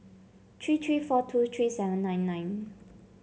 three three four two three seven nine nine